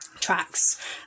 tracks